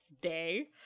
day